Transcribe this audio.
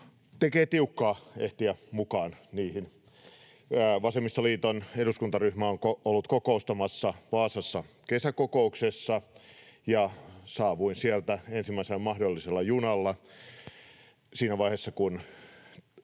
tekee tiukkaa ehtiä mukaan niihin. Vasemmistoliiton eduskuntaryhmä on ollut kokoustamassa Vaasassa kesäkokouksessa, ja saavuin sieltä ensimmäisellä mahdollisella junalla. Siinä vaiheessa,